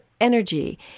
energy